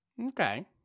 okay